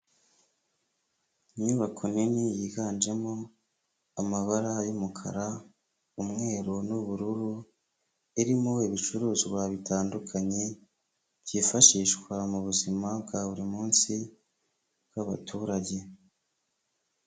Inyubako nini yiganjemo amabara y'umukara, umweru n'ubururu, irimo ibicuruzwa bitandukanye byifashishwa mu buzima bwa buri munsi bw'abaturage.